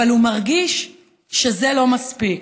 אבל הוא מרגיש שזה לא מספיק.